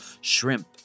shrimp